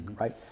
right